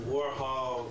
Warhol